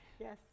yes